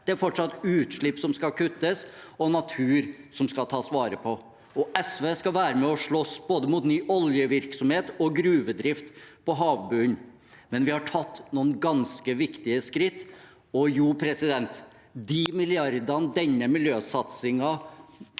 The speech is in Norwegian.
det er fortsatt utslipp som skal kuttes og natur som skal tas vare på. SV skal være med og slåss mot både ny oljevirksomhet og gruvedrift på havbunnen. Men vi har tatt noen ganske viktige skritt – og jo, de milliardene og den miljøsatsingen